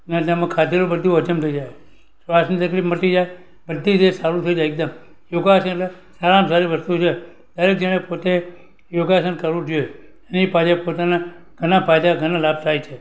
ને તેમાં ખાધેલું બધું હજમ થઈ જાય શ્વાસની તકલીફ મટી જાય બધી રીતે સારું થઈ જાય એકદમ યોગાથી સારામાં સારી વસ્તુ છે દરેક જણે પોતે યોગાસન કરવું જોઈએ એની પાછળ પોતાના ઘણા ફાયદા ઘણા લાભ થાય છે